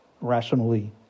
rationally